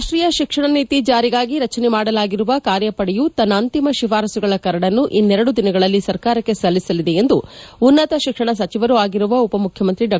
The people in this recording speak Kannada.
ರಾಷ್ಟೀಯ ಶಿಕ್ಷಣ ನೀತಿ ಜಾರಿಗಾಗಿ ರಚನೆ ಮಾಡಲಾಗಿರುವ ಕಾರ್ಯಪಡೆಯು ತನ್ನ ಅಂತಿಮ ಶಿಫಾರಸುಗಳ ಕರಡನ್ನು ಇನ್ನೆರಡು ದಿನಗಳಲ್ಲಿ ಸರಕಾರಕ್ಕೆ ಸಲ್ಲಿಸಲಿದೆ ಎಂದು ಉನ್ನತ ಶಿಕ್ಷಣ ಸಚಿವರೂ ಆಗಿರುವ ಉಪ ಮುಖ್ಯಮಂತ್ರಿ ಡಾ